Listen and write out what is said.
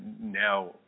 now